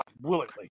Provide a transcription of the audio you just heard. willingly